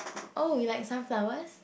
oh you like sunflowers